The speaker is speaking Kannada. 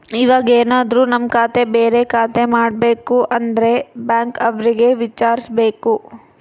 ಇವಾಗೆನದ್ರು ನಮ್ ಖಾತೆ ಬೇರೆ ಖಾತೆ ಮಾಡ್ಬೇಕು ಅಂದ್ರೆ ಬ್ಯಾಂಕ್ ಅವ್ರಿಗೆ ವಿಚಾರ್ಸ್ಬೇಕು